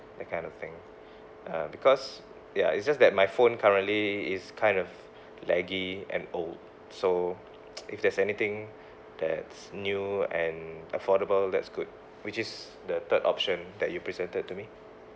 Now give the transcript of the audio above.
that kind of thing uh because ya it just that my phone currently is kind of laggy and old so if there's anything that's new and affordable that's good which is the third option that you presented to me